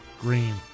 green